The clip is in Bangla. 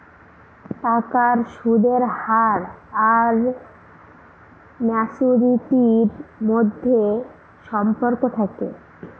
টাকার সুদের হার আর ম্যাচুরিটির মধ্যে সম্পর্ক থাকে